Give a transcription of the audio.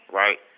right